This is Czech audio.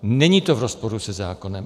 Není to v rozporu se zákonem.